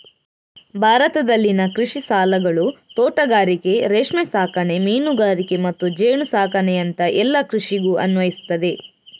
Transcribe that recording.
ಭಾರತದಲ್ಲಿನ ಕೃಷಿ ಸಾಲಗಳು ತೋಟಗಾರಿಕೆ, ರೇಷ್ಮೆ ಸಾಕಣೆ, ಮೀನುಗಾರಿಕೆ ಮತ್ತು ಜೇನು ಸಾಕಣೆಯಂತಹ ಎಲ್ಲ ಕೃಷಿಗೂ ಅನ್ವಯಿಸ್ತದೆ